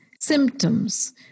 symptoms